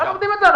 מה לומדים את זה?